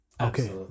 okay